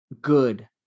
good